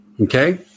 Okay